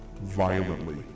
Violently